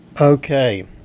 Okay